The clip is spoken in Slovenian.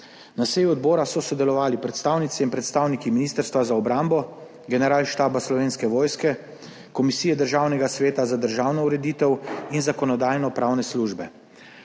Na seji odbora so sodelovali predstavnice in predstavniki Ministrstva za obrambo, Generalštaba Slovenske vojske, Komisije Državnega sveta za državno ureditev in Zakonodajno-pravne službe.